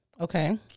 Okay